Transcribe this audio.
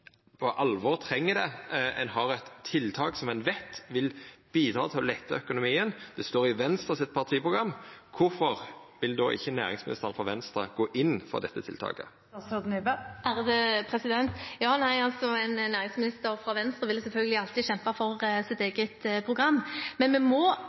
tiltak som ein veit vil bidra til å letta økonomien, og det står i Venstres partiprogram: Kvifor vil ikkje næringsministeren frå Venstre gå inn for dette tiltaket? En næringsminister fra Venstre vil selvfølgelig alltid kjempe for sitt eget program, men vi må,